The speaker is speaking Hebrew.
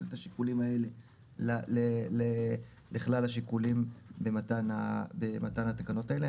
את השיקולים האלה לכלל השיקולים במתן התקנות האלה.